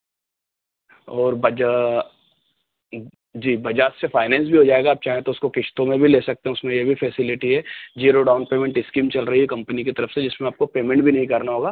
और बजा जी बजाज से फ़ाइनैंस वी हो जाएगा आप चाहें तो उसको किश्तों में भी ले सकते हैं उसमें यह भी फ़ेसिलिटी है जीरो डाउन पेमेंट इस्कीम चल रही है कंपनी की तरफ़ से जिसमें आपको पेमेंट भी नहीं करना होगा